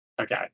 Okay